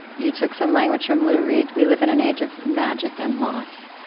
you took some language from lou reed we live in an age of magic and loss.